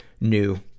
new